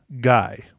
Guy